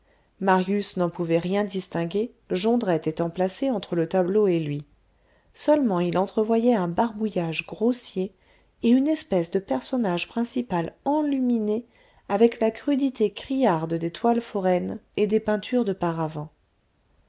marius n'en pouvait rien distinguer jondrette étant placé entre le tableau et lui seulement il entrevoyait un barbouillage grossier et une espèce de personnage principal enluminé avec la crudité criarde des toiles foraines et des peintures